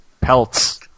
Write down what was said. Pelts